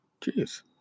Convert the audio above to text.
Jeez